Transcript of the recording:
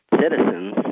citizens